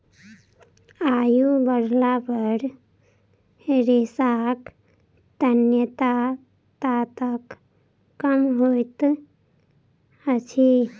आयु बढ़ला पर रेशाक तन्यता ताकत कम होइत अछि